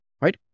right